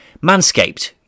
Manscaped